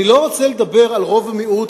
אני לא רוצה לדבר על רוב ומיעוט,